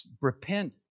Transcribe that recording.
repent